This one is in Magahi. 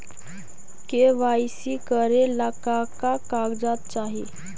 के.वाई.सी करे ला का का कागजात चाही?